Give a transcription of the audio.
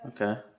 Okay